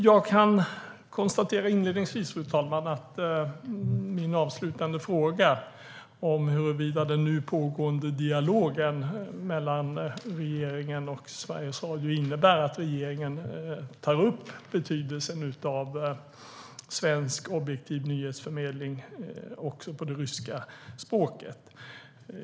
Jag kan inledningsvis konstatera att min avslutande fråga handlade om huruvida den nu pågående dialogen mellan regeringen och Sveriges Radio innebär att regeringen tar upp betydelsen av svensk objektiv nyhetsförmedling också på det ryska språket.